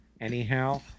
Anyhow